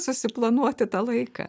susiplanuoti tą laiką